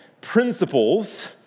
principles